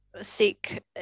seek